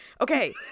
okay